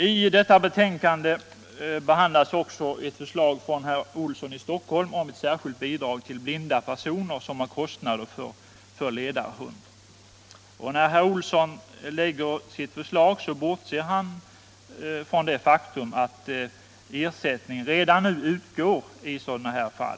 I detta betänkande behandlas också ett förslag av herr Olsson i Stockholm om ett särskilt bidrag till blinda personer som har kostnader för ledarhund. Herr Olsson bortser från det faktum att ersättning redan nu utgår i det fall han avser.